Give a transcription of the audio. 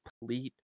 complete